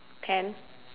can